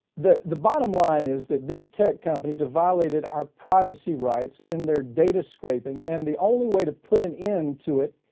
the, the bottom line is that these tech companies have violated our privacy rights in their data scraping and the only way to put an end to it,